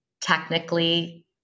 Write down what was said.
technically